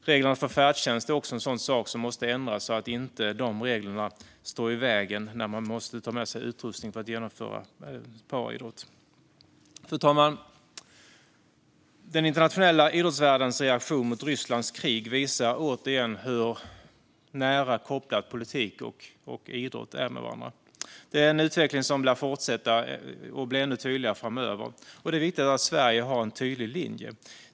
Reglerna för färdtjänst måste också ändras så att de inte står i vägen när man måste ta med sig utrustning för att utföra paraidrott. Fru talman! Den internationella idrottsvärldens reaktion mot Rysslands krig visar återigen hur nära kopplade politik och idrott är med varandra. Det är en utveckling som lär fortsätta och bli ännu tydligare framöver. Det är viktigt att Sverige har en tydlig linje.